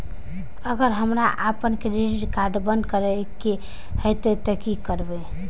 अगर हमरा आपन क्रेडिट कार्ड बंद करै के हेतै त की करबै?